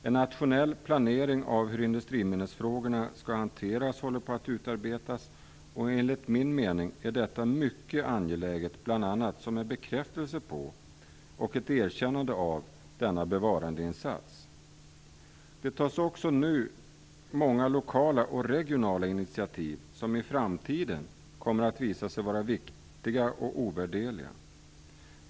En nationell planering av hur industriminnesfrågorna skall hanteras håller på att utarbetas, och enligt min mening är detta mycket angeläget, bl.a. som en bekräftelse på och ett erkännande av denna bevarandeinsats. Det tas nu också många lokala och regionala initiativ som i framtiden kommer att visa sig vara viktiga och ovärderliga.